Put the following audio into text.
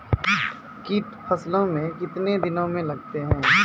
कीट फसलों मे कितने दिनों मे लगते हैं?